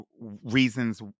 reasons